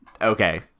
Okay